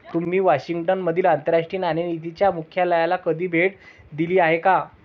तुम्ही वॉशिंग्टन मधील आंतरराष्ट्रीय नाणेनिधीच्या मुख्यालयाला कधी भेट दिली आहे का?